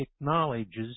acknowledges